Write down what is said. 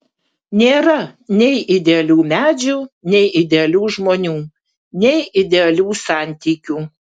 nėra nei idealių medžių nei idealių žmonių nei idealių santykių